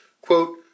Quote